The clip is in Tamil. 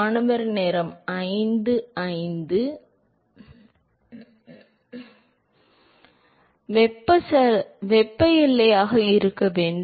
மாணவர் அச்சச்சோ அது வெப்ப எல்லையாக இருக்க வேண்டும்